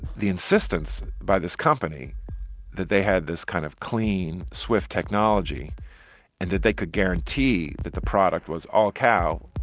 the insistence by this company that they had this kind of clean, swift technology and that they could guarantee that the product was all cow,